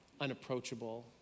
unapproachable